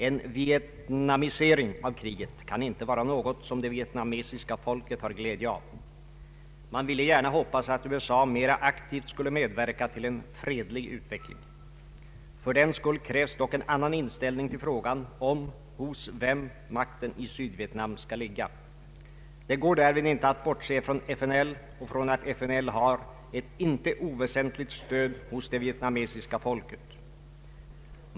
En vietnamisering av kriget kan inte vara något som det vietnamesiska folket har glädje av. Man ville gärna hoppas att USA mera aktivt skulle medverka till en fredlig utveckling. Fördenskull krävs dock en annan inställning till frågan om hos vem makten i Sydvietnam skall ligga. Det går därvid inte att bortse ifrån FNL och från att FNL har ett icke oväsentligt stöd hos det vietnamesiska folket.